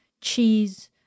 cheese